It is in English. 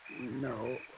No